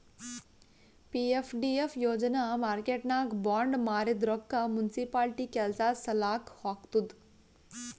PFDF ಯೋಜನಾ ಮಾರ್ಕೆಟ್ನಾಗ್ bond ಮಾರಿದ್ ರೊಕ್ಕಾ ಮುನ್ಸಿಪಾಲಿಟಿ ಕೆಲ್ಸಾ ಸಲಾಕ್ ಹಾಕ್ತುದ್